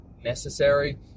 necessary